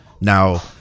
now